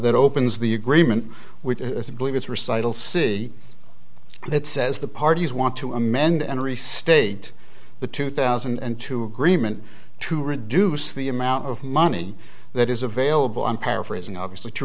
that opens the agreement with as i believe it's recital see that says the parties want to amend and restate the two thousand and two agreement to reduce the amount of money that is available i'm paraphrasing obviously to